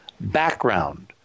background